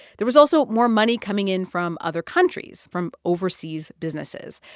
there was also more money coming in from other countries, from overseas businesses.